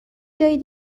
جای